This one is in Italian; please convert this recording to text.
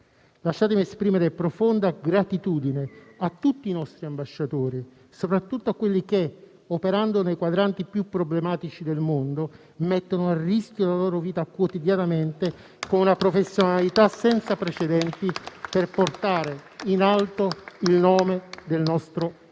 Lasciatemi esprimere profonda gratitudine a tutti i nostri ambasciatori, soprattutto a quelli che, operando nei quadranti più problematici del mondo, mettono a rischio la loro vita quotidianamente con una professionalità senza precedenti per portare in alto il nome del nostro Paese.